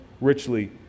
richly